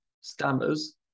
stammers